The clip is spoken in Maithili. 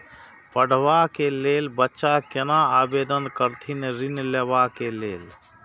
पढ़वा कै लैल बच्चा कैना आवेदन करथिन ऋण लेवा के लेल?